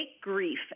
grief